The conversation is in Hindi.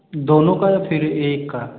दोनों का या फिर एक का